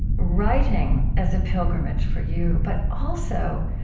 writing as a pilgrimage for you. but also,